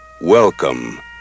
welcome